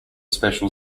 special